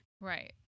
Right